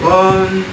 one